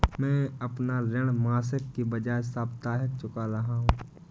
मैं अपना ऋण मासिक के बजाय साप्ताहिक चुका रहा हूँ